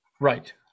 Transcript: Right